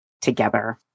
together